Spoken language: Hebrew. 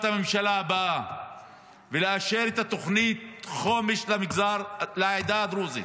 הממשלה הבאה ולאשר את תוכנית החומש לעדה הדרוזית,